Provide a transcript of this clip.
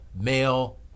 male